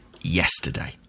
yesterday